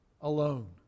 alone